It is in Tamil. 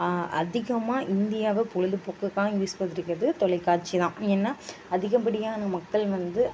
அதிகமாக இந்தியாவை பொழுதுபோக்குக்கா யூஸ் படுத்திக்கிறது தொலைக்காட்சிதான் ஏன்னா அதிகப்படியான மக்கள் வந்து